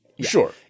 Sure